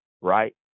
right